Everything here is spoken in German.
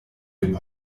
dem